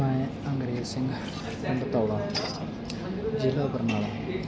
ਮੈਂ ਅੰਗਰੇਜ਼ ਸਿੰਘ ਪਿੰਡ ਧੌਲਾ ਜ਼ਿਲ੍ਹਾ ਬਰਨਾਲਾ